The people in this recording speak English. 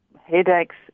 headaches